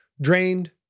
drained